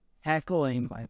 heckling